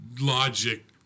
logic